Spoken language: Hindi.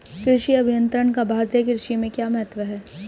कृषि अभियंत्रण का भारतीय कृषि में क्या महत्व है?